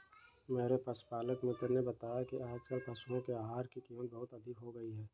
मेरे पशुपालक मित्र ने बताया कि आजकल पशुओं के आहार की कीमत बहुत अधिक हो गई है